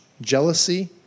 jealousy